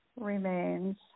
remains